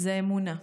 זו האמונה,